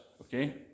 Okay